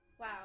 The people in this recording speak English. wow